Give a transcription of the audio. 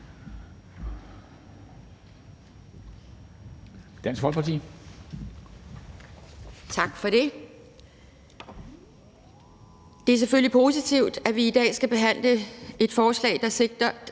(DF): Tak for det. Det er selvfølgelig positivt, at vi i dag skal behandle et forslag, der sigter